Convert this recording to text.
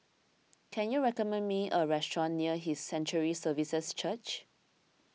can you recommend me a restaurant near His Sanctuary Services Church